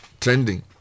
trending